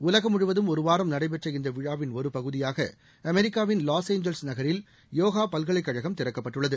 உலகம் முழுவதும் ஒருவாரம் நடைபெற்ற இந்த விழாவின் ஒரு பகுதியாக அமெரிக்காவின் லாஸ்ஏஞ்சல்ஸ் நகரில் யோகா பல்கலைக் கழகம் திறக்கப்பட்டுள்ளது